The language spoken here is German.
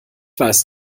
weiß